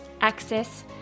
access